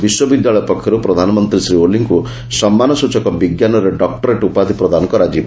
ବିଶ୍ୱବିଦ୍ୟାଳୟ ପକ୍ଷରୁ ପ୍ରଧାନମନ୍ତ୍ରୀ ଶ୍ରୀ ଓଲିଙ୍କୁ ସମ୍ମାନସ୍ଟଚକ ବିଜ୍ଞାନରେ ଡକୁରେଟ୍ ଉପାଧି ପ୍ରଦାନ କରାଯିବ